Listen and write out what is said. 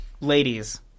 ladies